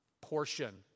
portion